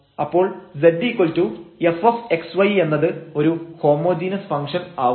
അപ്പോൾ zfxyഎന്നത് ഒരു ഹോമോജീനസ് ഫംഗ്ഷൻആവുന്നു